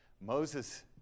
Moses